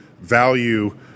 value